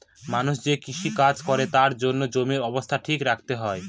মানুষ যে কৃষি কাজ করে তার জন্য জমির অবস্থা ঠিক রাখতে হয়